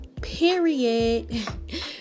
Period